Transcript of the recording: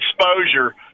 exposure